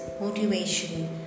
motivation